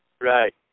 Right